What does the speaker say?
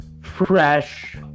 fresh